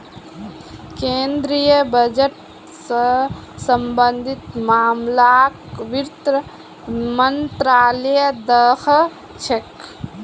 केन्द्रीय बजट स सम्बन्धित मामलाक वित्त मन्त्रालय द ख छेक